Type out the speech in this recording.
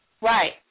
Right